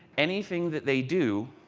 anything that they do,